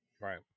Right